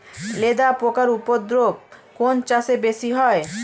লেদা পোকার উপদ্রব কোন চাষে বেশি হয়?